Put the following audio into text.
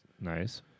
nice